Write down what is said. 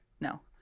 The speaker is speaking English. No